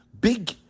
big